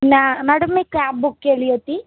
मॅ मॅडम मी cab book केली होती